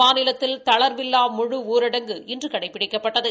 மாநிலத்தில் தளா்வில்லா முழு ஊரடங்கு இன்று கடைபிடிக்கப்பட்டது